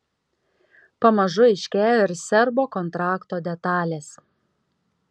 pamažu aiškėja ir serbo kontrakto detalės